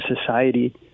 society